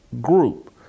group